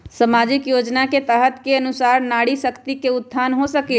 सामाजिक योजना के तहत के अनुशार नारी शकति का उत्थान हो सकील?